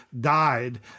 died